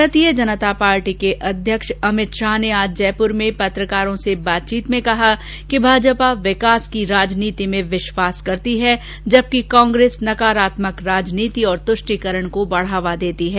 भारतीय जनता पार्टी के अध्यक्ष अमित शाह ने आज जयपुर में पत्रकार वार्ता में कहा कि भाजपा विकास की राजनीति में विश्वास करती है जबकि कांग्रेस नकारात्मक राजनीति और तृष्टिकरण को बढ़ावा देती है